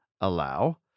allow